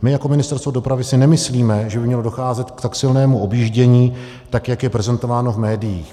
My jako Ministerstvo dopravy si nemyslíme, že by mělo docházet k tak silnému objíždění, tak jak je prezentováno v médiích.